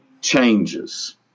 changes